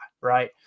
Right